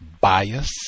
bias